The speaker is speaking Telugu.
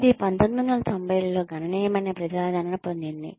ఇది 1990 లలో గణనీయమైన ప్రజాదరణ పొందింది